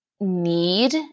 need